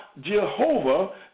Jehovah